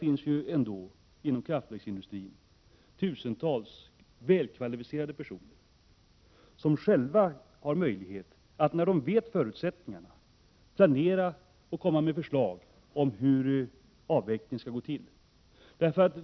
Inom t.ex. kraftverksindustrin finns tusentals välkvalificerade personer som, när de vet förutsättningarna, har större förutsättningar än regeringen att planera för och komma med förslag till hur avvecklingen skall genomföras.